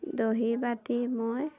দহি বাতি মই